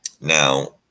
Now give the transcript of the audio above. Now